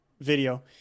video